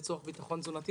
לצורך ביטחון תזונתי.